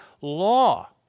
law